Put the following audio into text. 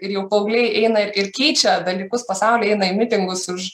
ir jau paaugliai eina ir keičia dalykus pasauly eina į mitingus už